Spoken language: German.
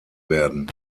werden